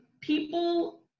people